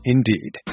Indeed